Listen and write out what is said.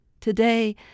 Today